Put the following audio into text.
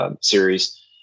series